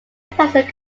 thousand